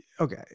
Okay